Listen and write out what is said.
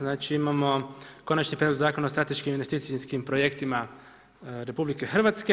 Znači imamo Konačni prijedlog Zakona o strateškim investicijskim projektima RH.